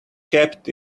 kept